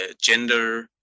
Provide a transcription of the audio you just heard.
gender